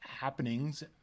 happenings